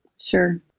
Sure